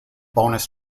bonus